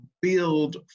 build